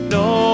no